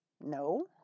No